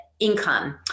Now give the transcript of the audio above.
Income